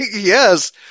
Yes